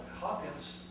Hopkins